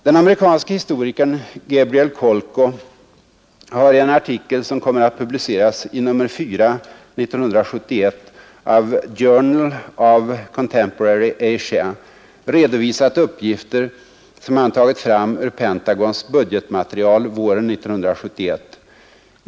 Den amerikanske historikern Gabriel Kolko har i en artikel, som kommer att publiceras i nr 4 år 1971 av Journal of Contemporary Asia, redovisat uppgifter som han tagit fram ur Pentagons budgetmaterial våren 1971.